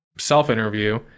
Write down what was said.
self-interview